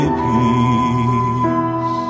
peace